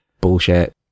bullshit